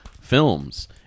films